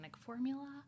formula